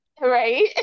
right